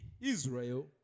Israel